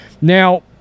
Now